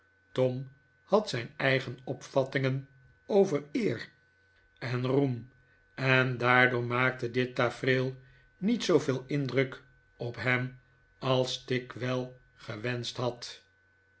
tom had zijn eigen opvattingen over eer maarten chuzzlewit en roem en daardoor maakte dit tafereel niet zooveel indruk op hem als tigg wel gewenscht had